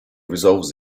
resolves